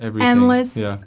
endless